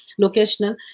locational